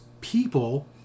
people